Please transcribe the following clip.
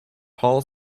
paul